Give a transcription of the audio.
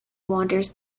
wanders